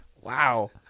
Wow